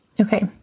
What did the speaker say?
Okay